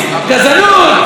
גזענות,